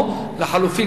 או לחלופין,